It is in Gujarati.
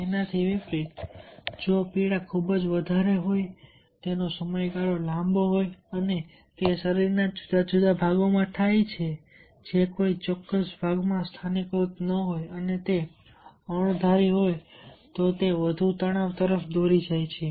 તેનાથી વિપરિત જો પીડા ખૂબ વધારે હોય સમયગાળો લાંબો હોય અને તે શરીરના જુદા જુદા ભાગોમાં થાય છે જે કોઈ ચોક્કસ ભાગમાં સ્થાનીકૃત ન હોય અને તે અણધારી હોય તો તે વધુ તણાવ તરફ દોરી જાય છે